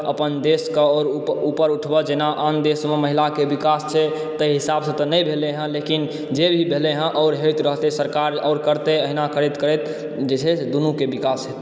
अपन देशके उपर उठबऽ जेना आन देशमे महिलाके विकास छै ताहि हिसाबसँ तऽ नहि भेलै हँ लेकिन जे भी भेलै हँ और होइत रहतै सरकार और करैत अहिना करैत करैत जे छै से दुनु के विकास हेतै